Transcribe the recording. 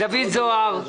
דוד זוהר,